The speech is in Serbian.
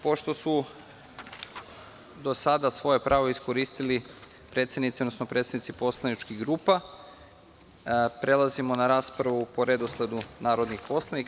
Pošto su do sada svoje pravo iskoristili predsednici, odnosno predstavnici poslaničkih grupa, prelazimo na raspravu po redosledu narodnih poslanika.